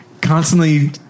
constantly